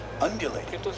undulating